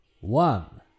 one